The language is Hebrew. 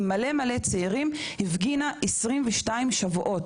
עם מלא מלא צעירים הפגינה 22 שבועות,